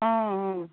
অঁ অঁ